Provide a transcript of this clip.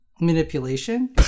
manipulation